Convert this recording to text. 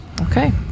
Okay